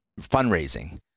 fundraising